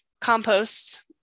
compost